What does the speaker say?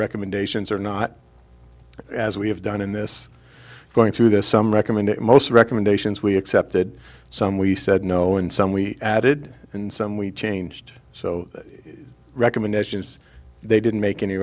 recommendations or not as we have done in this going through this some recommend most recommendations we accepted some we said no and some we added and some we changed so recommendations they didn't make any